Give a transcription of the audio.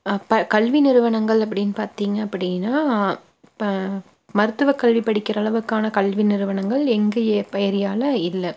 அப்போ கல்வி நிறுவனங்கள் அப்படின்னு பார்த்திங்க அப்படின்னா இப்போ மருத்துவம் கல்வி படிக்கின்ற அளவுக்கான கல்வி நிறுவனங்கள் எங்கள் ஏ இப்போ ஏரியாவில் இல்லை